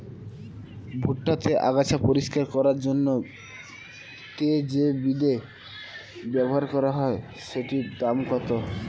ভুট্টা তে আগাছা পরিষ্কার করার জন্য তে যে বিদে ব্যবহার করা হয় সেটির দাম কত?